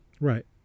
Right